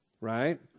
right